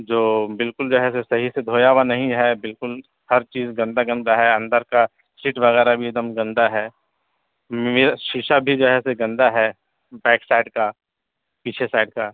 جو بالکل جو ہے صحیح سے دھویا ہوا نہیں ہے بالکل ہر چیز گندہ گندہ ہے اندر کا سیٹ وغیرہ بھی ایک دم گندہ ہے مرر شیشہ بھی جو ہے ایسے گندہ ہے بیک سائڈ کا پیچھے سائڈ کا